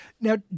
Now